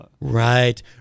right